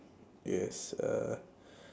yes uh